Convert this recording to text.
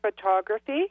Photography